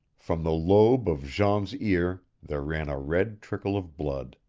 from the lobe of jean's ear there ran a red trickle of blood.